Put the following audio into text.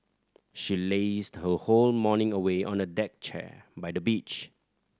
she lazed her whole morning away on a deck chair by the beach